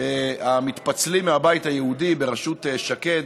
שמתפצלים מהבית היהודי בראשות שקד